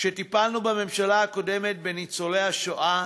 כשטיפלנו בממשלה הקודמת בניצולי השואה